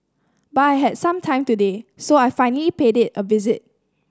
but I had some time today so I finally paid it a visit